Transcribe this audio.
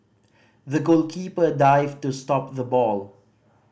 the goalkeeper dived to stop the ball